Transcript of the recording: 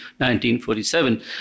1947